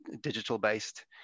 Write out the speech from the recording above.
digital-based